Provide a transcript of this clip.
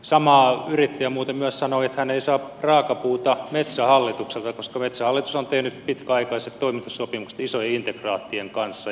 sama yrittäjä muuten myös sanoi että hän ei saa raakapuuta metsähallitukselta koska metsähallitus on tehnyt pitkäaikaiset toimitussopimukset isojen integraattien kanssa